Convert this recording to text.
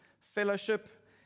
fellowship